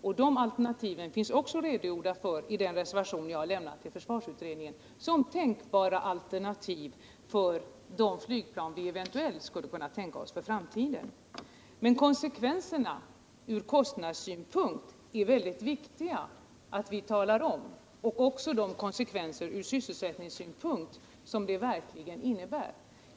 I min reservation till försvarsutredningen har jag också redogjort för dem som tänkbara alternativ för framtiden. Men det är viktigt att vi i dag talar om vilka konsekvenser från kostnadssynpunkt och sysselsättningssynpunkt som beslutet nu innebär.